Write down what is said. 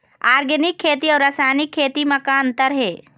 Organic खेती अउ रासायनिक खेती म का अंतर हे?